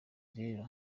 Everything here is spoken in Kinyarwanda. rero